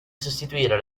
sostituire